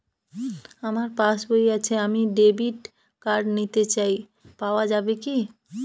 আমার পাসবই আছে আমি ডেবিট কার্ড নিতে চাই পাওয়া যাবে কি?